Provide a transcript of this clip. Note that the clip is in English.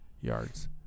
yards